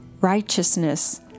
Righteousness